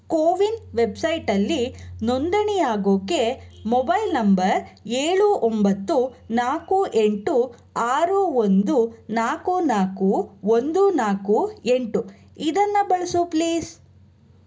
ಕೋವಿನ್ ವೆಬ್ಸೈಟಲ್ಲಿ ನೋಂದಣಿಯಾಗೋಕ್ಕೆ mobile number ಏಳು ಒಂಬತ್ತು ನಾಲ್ಕು ಎಂಟು ಆರು ಒಂದು ನಾಲ್ಕು ನಾಲ್ಕು ಒಂದು ನಾಲ್ಕು ಎಂಟು ಇದನ್ನು ಬಳಸು ಪ್ಲೀಸ್